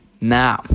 Now